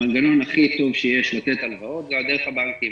המנגנון הכי טוב שיש לתת הלוואות זה דרך הבנקים.